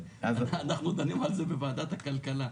אנחנו דנים על כך בוועדת הכלכלה.